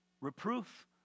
Reproof